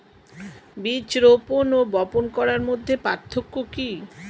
বীজ রোপন ও বপন করার মধ্যে পার্থক্য কি?